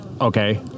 Okay